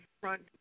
front